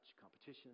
competition